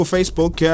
Facebook